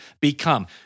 become